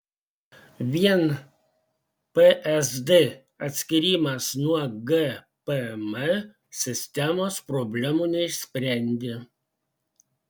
vien psd atskyrimas nuo gpm sistemos problemų neišsprendė